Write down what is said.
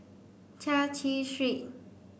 Chai Chee Street